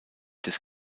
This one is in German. des